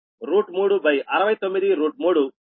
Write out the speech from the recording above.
9 3 693